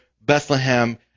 Bethlehem